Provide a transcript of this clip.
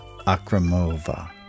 Akramova